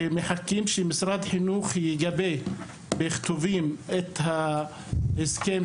ומחכים לגיבוי ממשרד החינוך ולאישור של ההסכם.